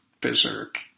berserk